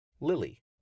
Lily